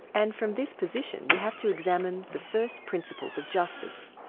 and from this position you have to examine the first principles of justice,